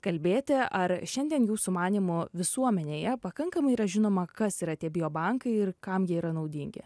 kalbėti ar šiandien jūsų manymu visuomenėje pakankamai yra žinoma kas yra tie bio bankai ir kam jie yra naudingi